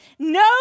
No